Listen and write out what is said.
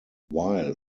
while